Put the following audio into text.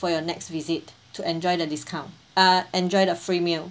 for your next visit to enjoy the discount err enjoy the free meal